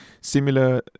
similar